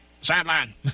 sideline